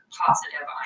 positive